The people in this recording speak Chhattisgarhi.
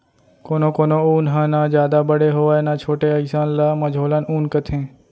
कोनो कोनो ऊन ह न जादा बड़े होवय न छोटे अइसन ल मझोलन ऊन कथें